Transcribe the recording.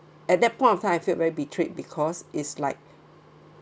at that point of time I feel very betrayed because is like